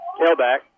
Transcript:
tailback